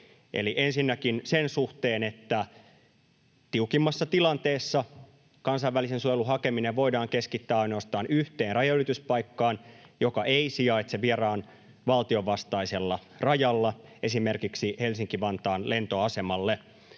ensinnäkin sen suhteen, että tiukimmassa tilanteessa kansainvälisen suojelun hakeminen voidaan keskittää ainoastaan yhteen rajanylityspaikkaan, joka ei sijaitse vieraan valtion vastaisella rajalla, esimerkiksi Helsinki-Vantaan lentoasemalle.